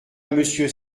monsieur